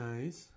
Nice